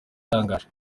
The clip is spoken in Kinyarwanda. itangaje